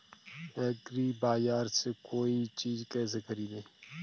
एग्रीबाजार से कोई चीज केसे खरीदें?